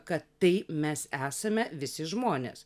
kad tai mes esame visi žmonės